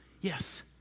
Yes